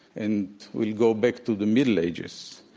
and we'll go back to the middle ages.